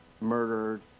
murdered